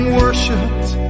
worshipped